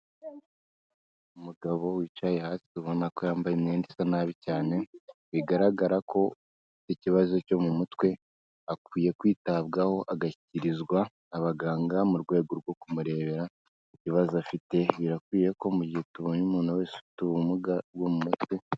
Umugabo wicaye hasi ubona ko yambaye imyenda isa nabi cyane, bigaragara ko ikibazo cyo mu mutwe akwiye kwitabwaho, agashyikirizwa abaganga mu rwego rwo kumurebera ibibazo afite, birakwiye ko mu gihe tubonye umuntu wese ufite ubumuga bwo mu mutwe,..